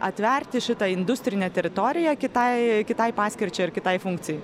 atverti šitą industrinę teritoriją kitai kitai paskirčiai ar kitai funkcijai